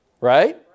Right